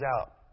out